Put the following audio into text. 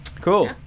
Cool